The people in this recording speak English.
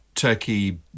turkey